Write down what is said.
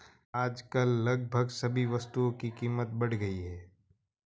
आजकल लगभग सभी वस्तुओं की कीमत बढ़ गई है